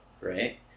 right